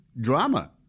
drama